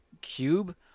Cube